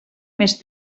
més